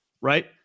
right